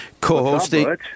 co-hosting